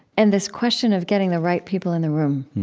and this question of getting the right people in the room